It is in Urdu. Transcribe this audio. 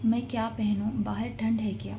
میں کیا پہنوں باہر ٹھنڈ ہے کیا